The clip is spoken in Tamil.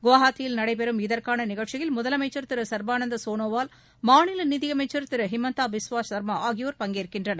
குவஹாத்தியில் நடைபெறும் நிகழ்ச்சியில் இதற்கான முதலமைச்சர் திரு சர்பானந்த சோனோவால் மாநில நிதியமைச்சர் திரு வழிமந்தா பிஸ்வா சர்மா ஆகியோர் பங்கேற்கின்றனர்